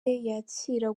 yakira